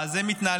ואז הם מתנהלים.